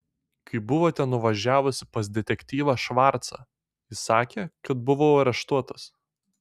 kai buvote nuvažiavusi pas detektyvą švarcą jis sakė kad buvau areštuotas